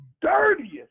dirtiest